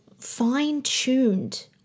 fine-tuned